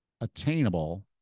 attainable